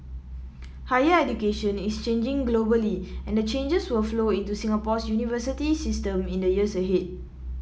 higher education is changing globally and the changes will flow into Singapore's university system in the years ahead